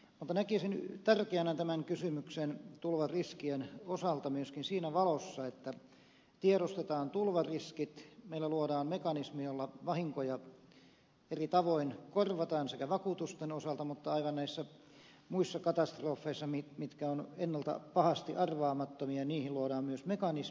mutta näkisin tärkeänä tämän kysymyksen tulvariskien osalta myöskin siinä valossa että tiedostetaan tulvariskit luodaan mekanismi jolla vahinkoja eri tavoin korvataan sekä vakuutusten osalta että aivan näissä muissa katastrofeissa jotka ovat ennalta pahasti arvaamattomia ja niihin luodaan myös mekanismit